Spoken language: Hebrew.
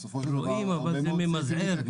רואים, אבל זה ממזער.